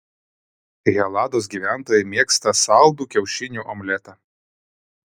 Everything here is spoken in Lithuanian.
helados gyventojai mėgsta saldų kiaušinių omletą